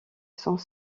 cents